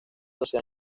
doce